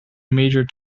major